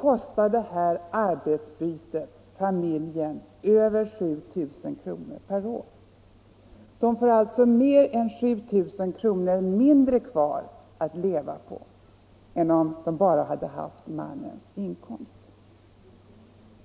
kostar detta arbetsbyte familjen över 7 000 kr. per år. Familjen får alltså drygt 7000 kr. mindre kvar att leva på än om den bara hade haft mannens inkomst.